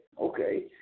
Okay